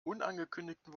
unangekündigten